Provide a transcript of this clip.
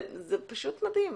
זה פשוט מדהים,